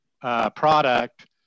product